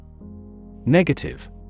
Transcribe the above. Negative